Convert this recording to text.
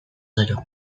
gero